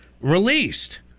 released